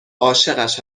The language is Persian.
عاشقش